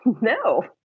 No